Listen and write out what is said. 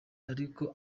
ariko